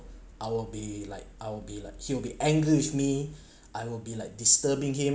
I'll be like I'll be like he'll be angry with me I will be like disturbing him